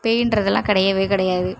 பேயின்றதுலாம் கிடையவே கிடையாது